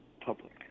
public